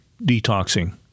detoxing